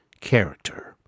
character